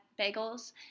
bagels